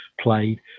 played